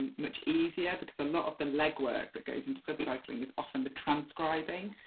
much easier, because a lot of the legwork that goes into subtitling is often the transcribing,